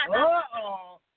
Uh-oh